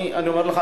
אני אומר לך,